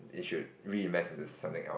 you should reinvest into something else